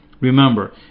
Remember